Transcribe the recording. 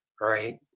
Right